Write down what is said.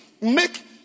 make